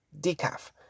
Decaf